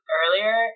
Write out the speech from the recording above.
earlier